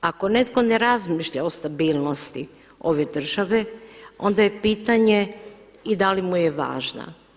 Ako netko ne razmišlja o stabilnosti ove države onda je pitanje i da li mu je važna.